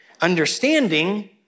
understanding